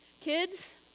Kids